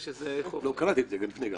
קראתי את זה לפני.